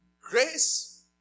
Grace